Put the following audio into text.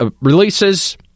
releases